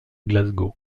glasgow